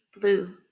blue